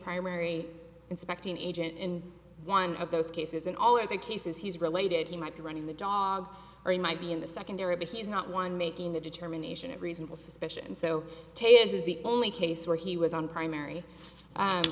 primary inspecting agent in one of those cases in all of the cases he's related he might be running the dog or he might be in the secondary but he's not one making the determination of reasonable suspicion so to is the only case where he was on primary